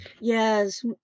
Yes